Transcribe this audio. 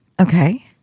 Okay